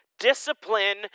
Discipline